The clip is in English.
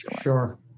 Sure